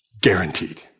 Guaranteed